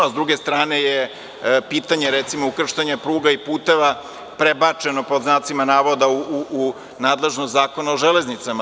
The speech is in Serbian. S druge strane je pitanje ukrštanje pruga i puteva prebačeno, pod znacima navoda, u nadležnost Zakona o železnicama.